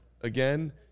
again